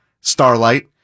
starlight